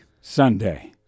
Sunday